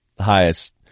highest